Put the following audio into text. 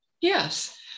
Yes